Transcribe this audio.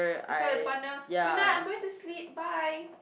you tell your partner goodnight I'm going to sleep bye